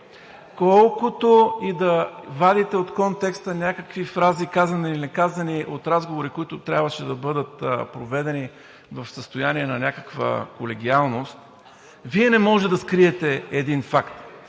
Колкото и да вадите от контекста някакви фрази, казани или неказани, от разговори, които трябваше да бъдат проведени в състояние на някаква колегиалност, Вие не може да скриете един факт